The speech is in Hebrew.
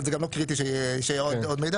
אבל זה גם לא קריטי שיהיה עוד מידע.